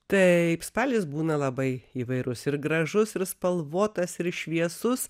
taip spalis būna labai įvairus ir gražus ir spalvotas ir šviesus